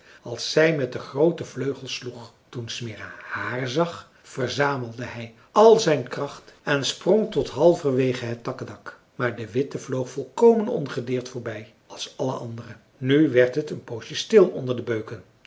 als zij met de groote vleugels sloeg toen smirre haar zag verzamelde hij al zijn kracht en sprong tot halverwege het takkendak maar de witte vloog volkomen ongedeerd voorbij als alle andere nu werd het een poosje stil onder de beuken